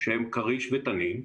שהם כריש ותנין,